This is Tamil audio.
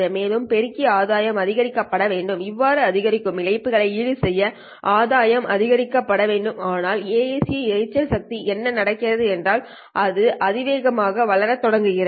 மேலும் பெருக்கி ஆதாயம் அதிகரிக்கப்பட வேண்டும் இவ்வாறு அதிகரிக்கும் இழப்புகள் ஈடுசெய்ய ஆதாயம் அதிகரிக்க படவேண்டும் ஆனால் ASE இரைச்சல் சக்தி என்ன நடக்கிறது என்றால் அது அதிவேகமாக வளர தொடங்குகிறது